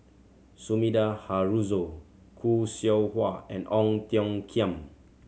Sumida Haruzo Khoo Seow Hwa and Ong Tiong Khiam